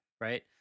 right